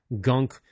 gunk